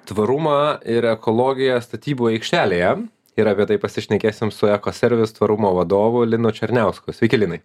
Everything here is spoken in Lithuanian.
tvarumą ir ekologiją statybų aikštelėje ir apie tai pasišnekėsim su eco service tvarumo vadovu linu černiausku sveiki linai